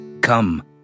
Come